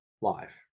life